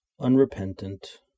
unrepentant